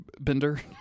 bender